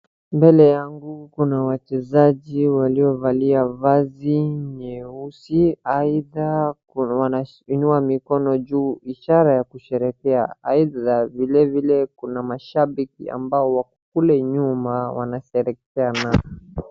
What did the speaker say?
Mbele yangu kuna wachezaji waliovalia vazi nyeusi, aidha wanashikiliwa mikono juu ishara ya kusherekea, aidha vilevile kuna mashabiki ambao wako kule nyuma wanasherekea nao.